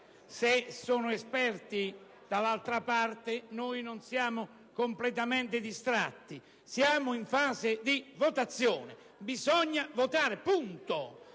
Se sono esperti dall'altra parte, noi non siamo completamente distratti. Siamo in fase di votazione. Bisogna votare. Poi,